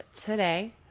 today